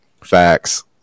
facts